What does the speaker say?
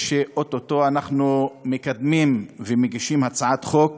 ואוטוטו אנחנו מקדמים ומגישים הצעת חוק